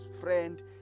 friend